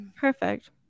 perfect